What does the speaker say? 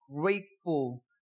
grateful